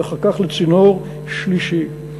ואחר כך לצינור שלישי.